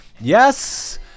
Yes